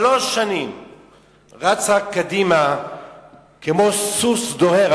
שלוש שנים רצה קדימה כמו סוס דוהר,